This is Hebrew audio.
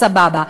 סבבה.